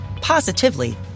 positively